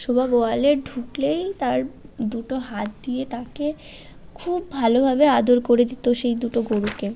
সুভা গোয়ালে ঢুকলেই তার দুটো হাত দিয়ে তাকে খুব ভালোভাবে আদর করে দিতো সেই দুটো গরুকে